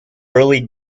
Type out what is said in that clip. early